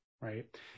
right